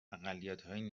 اقلیتهای